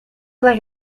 like